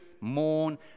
mourn